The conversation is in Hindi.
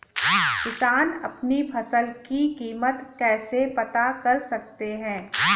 किसान अपनी फसल की कीमत कैसे पता कर सकते हैं?